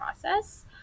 process